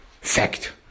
fact